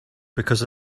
because